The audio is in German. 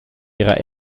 ihrer